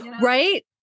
right